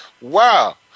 Wow